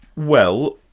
well,